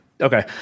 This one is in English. Okay